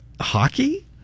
hockey